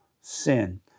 sin